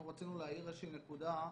אנחנו רצינו להעיר איזושהי נקודה,